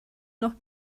noch